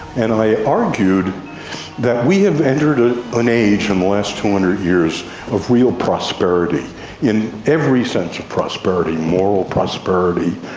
and i argued that we have entered ah an age in the last two hundred years of real prosperity in every sense of prosperity moral prosperity,